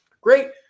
great